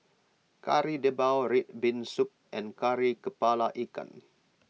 Kari Debal Red Bean Soup and Kari Kepala Ikan